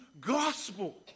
gospel